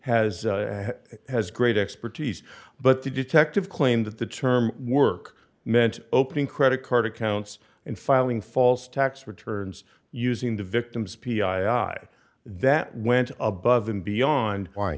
has has great expertise but the detective claimed that the term work meant opening credit card accounts and filing false tax returns using the victim's p i r i that went above and beyond